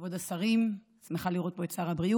כבוד השרים, אני שמחה לראות פה את שר הבריאות